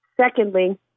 Secondly